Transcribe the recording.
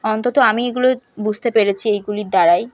অন্তত আমি এগুলো বুঝতে পেরেছি এইগুলির দ্বারাই